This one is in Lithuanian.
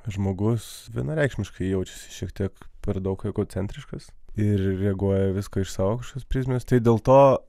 žmogus vienareikšmiškai jaučiasi šiek tiek per daug egocentriškas ir reaguoja į viską iš savo kažkokios prizinės tai dėl to